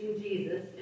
Jesus